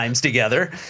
together